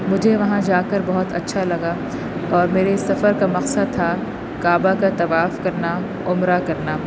مجھے وہاں جا کر بہت اچھا لگا اور میرے سفر کا مقصد تھا کعبہ کا طواف کرنا عمرہ کرنا